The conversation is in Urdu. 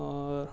اور